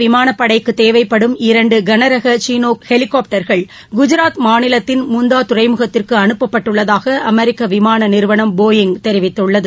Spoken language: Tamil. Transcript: விமானப்படைக்குத் தேவைப்படும் இரண்டு கனரக சினோக் இந்திய ரக ஹெலிகாப்டர்கள் குஜாத் மாநிலத்தின் முந்தா துறைமுகத்திற்கு அனுப்பப்பட்டுள்ளதாக அமெரிக்க விமான நிறுவனம் போயிய் தெரிவித்துள்ளது